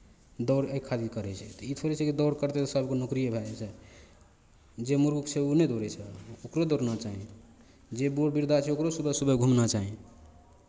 दौड़ एहि खातिर करै छै तऽ ई थोड़े ही छै कि दौड़ करतै सभकेँ नौकरीए भए जेतै जे मुरूख छै ओ नहि दौड़ै छै ओकरो दौड़ना चाही जे बूढ़ वृद्धा छै ओकरो सुबह सुबह घूमना चाही